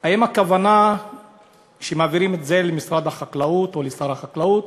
האם הכוונה שמעבירים את זה למשרד החקלאות או לשר החקלאות?